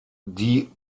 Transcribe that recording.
die